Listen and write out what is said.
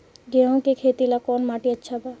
गेहूं के खेती ला कौन माटी अच्छा बा?